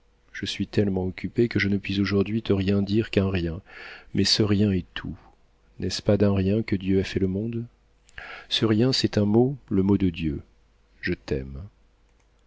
je suis tellement occupé que je ne puis aujourd'hui te rien dire qu'un rien mais ce rien est tout n'est-ce pas d'un rien que dieu a fait le monde ce rien c'est un mot le mot de dieu je t'aime